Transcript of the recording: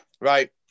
right